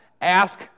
ask